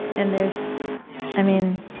and there's i mean,